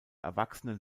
erwachsenen